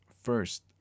First